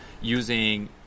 using